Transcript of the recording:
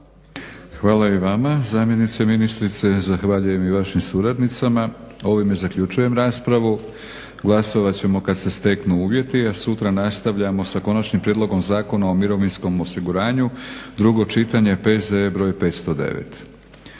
Hvala i vama zamjenice ministrice. Zahvaljujem i vašim suradnicama. Ovime zaključujem raspravu. Glasovat ćemo kad se steknu uvjeti, a sutra nastavljamo sa Konačnim prijedlogom Zakona o mirovinskom osiguranju, drugo čitanje P.Z. br. 509.